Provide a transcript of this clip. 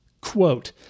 quote